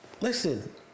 listen